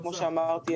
כמו שאמרתי,